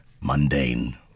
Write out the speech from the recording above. mundane